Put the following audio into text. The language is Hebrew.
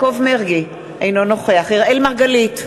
אינו נוכח אראל מרגלית,